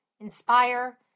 inspire